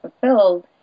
fulfilled